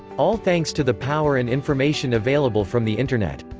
all thanks to the power and information available from the internet.